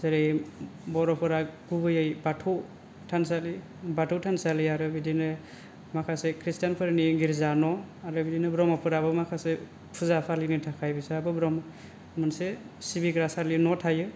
जेरै बर'फोरा गुबैयै बाथौ थानसालि बाथौ थानसालि आरो बिदिनो माखासे ख्रीष्टान फोरनि गिर्जा न' आरो बिदिनो ब्रह्म फोराबो माखासे फुजा फालिनो थाखाय बिस्राबो मोनसे सिबिसालि न' थायो